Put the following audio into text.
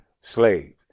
slaves